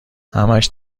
همش